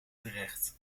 terecht